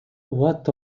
what